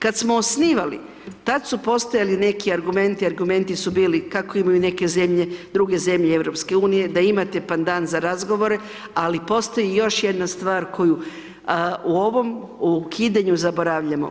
Kad smo osnivali, tad su postojali neki argumenti su bili kako imaju neke zemlje, druge zemlje EU-a, da imate pandan za razgovore ali postoji još jedna stvar koju u ovom ukidanju zaboravljamo.